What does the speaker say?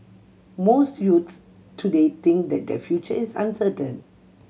most youths today think that their future is uncertain